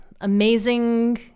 amazing